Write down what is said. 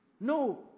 No